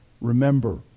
remember